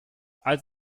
als